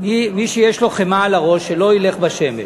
מי שיש לו חמאה על הראש, שלא ילך בשמש.